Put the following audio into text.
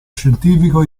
scientifico